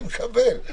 אני מקבל,